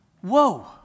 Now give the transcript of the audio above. whoa